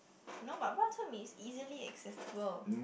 no but Bak-chor-mee is easily accessible